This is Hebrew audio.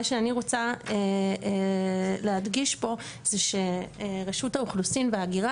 מה שאני רוצה להדגיש פה זה שרשות האוכלוסין וההגירה